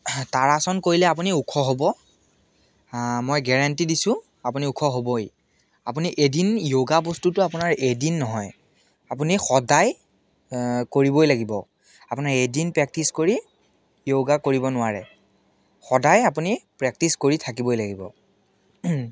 তাৰাসন কৰিলে আপুনি ওখ হ'ব মই গেৰেণ্টি দিছোঁ আপুনি ওখ হ'বই আপুনি এদিন যোগা বস্তুটো আপোনাৰ এদিন নহয় আপুনি সদায় কৰিবই লাগিব আপুনি এদিন প্ৰেকটিচ কৰি যোগা কৰিব নোৱাৰে সদায় আপুনি প্ৰেকটিচ কৰি থাকিবই লাগিব